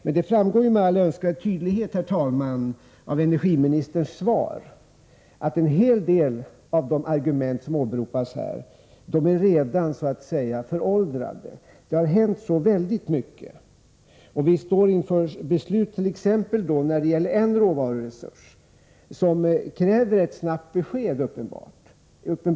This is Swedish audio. Men det framgår med all önskvärd tydlighet av energiministerns svar att en hel del av de argument som åberopas redan är föråldrade — det har hänt så mycket. Och beträffande en viss råvaruresurs krävs det uppenbarligen snabbt besked.